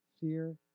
Fear